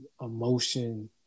emotion